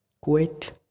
quit